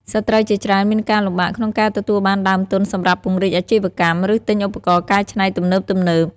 ស្ត្រីជាច្រើនមានការលំបាកក្នុងការទទួលបានដើមទុនសម្រាប់ពង្រីកអាជីវកម្ម ឬទិញឧបករណ៍កែច្នៃទំនើបៗ។